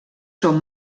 són